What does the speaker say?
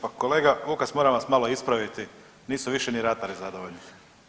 Pa kolega Vukas moram vas malo ispraviti, nisu više ni ratari zadovoljni.